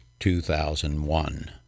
2001